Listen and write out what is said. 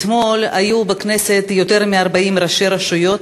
אתמול היו בכנסת יותר מ-40 ראשי רשויות,